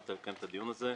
שהסכמת לקיים את הדיון הזה.